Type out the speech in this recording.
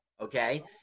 okay